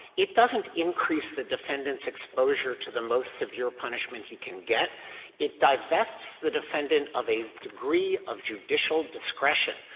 it doesn't increase the defendant's exposure to the most severe punishment he can get it divests the defendant of a degree of judicial discretion.